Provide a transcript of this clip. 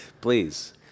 please